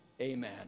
amen